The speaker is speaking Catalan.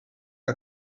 que